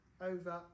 over